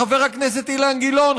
חבר הכנסת אילן גילאון,